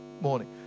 morning